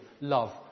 Love